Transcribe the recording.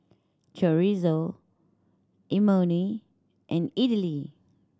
Chorizo Imoni and Idili